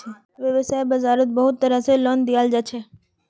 वैव्साय बाजारोत बहुत तरह से लोन दियाल जाछे